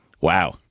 Wow